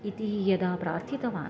इति यदा प्रार्थितवान्